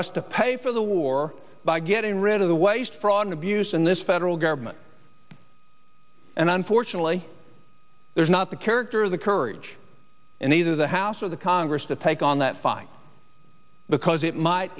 us to pay for the war by getting rid of the waste fraud and abuse in this federal government and unfortunately there's not the character or the courage in either the house or the congress to take on that fight because it might